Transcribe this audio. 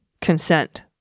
consent